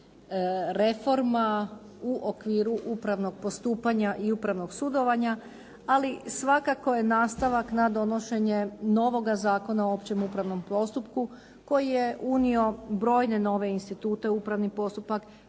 reforma u okviru upravnog postupanja i upravnog sudovanja. Ali svakako je nastavak na donošenje novoga Zakona o općem upravnom postupku koji je unio brojne nove institute u upravni postupak,